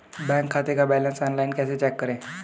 Bank खाते का balance online कैसे चेक करें?